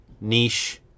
niche